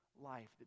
life